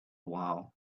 while